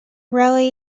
rally